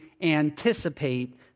anticipate